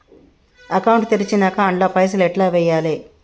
Account తెరిచినాక అండ్ల పైసల్ ఎట్ల వేయాలే?